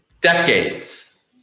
Decades